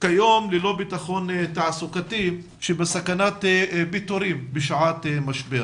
שהם כיום ללא ביטחון תעסוקתי ובסכנת פיטורין בשעת משבר.